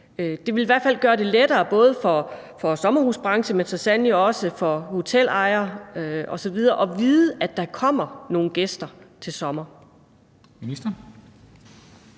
Det ville i hvert fald gør det lettere både for sommerhusbranchen, men så sandelig også for hotelejere osv. at vide, at der kommer nogle gæster til sommer.